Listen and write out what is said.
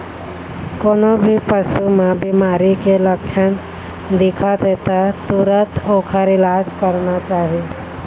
कोनो भी पशु म बिमारी के लक्छन दिखत हे त तुरत ओखर इलाज करना चाही